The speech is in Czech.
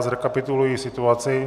Zrekapituluji situaci.